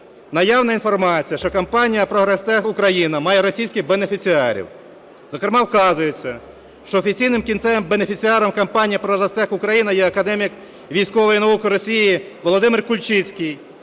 наявна інформація, що компанія "Прогрестех-Україна" має російських бенефіціарів. Зокрема, вказується, що офіційним кінцевим бенефіціаром компанії "Прогрестех-Україна" є академік військової науки Росії Володимир Кульчицький